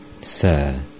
Sir